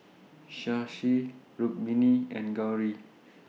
Shashi Rukmini and Gauri